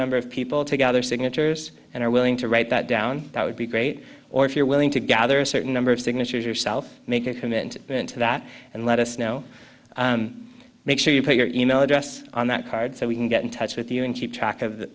number of people to gather signatures and are willing to write that down that would be great or if you're willing to gather a certain number of signatures yourself make a commitment to that and let us know make sure you put your e mail address on that card so we can get in touch with you and keep track of